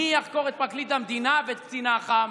מי יחקור את פרקליט המדינה ואת קצין אח"ם?